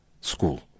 school